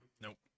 Nope